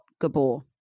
Gabor